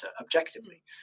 objectively